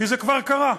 כי זה כבר קרה.